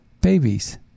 babies